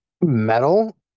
Metal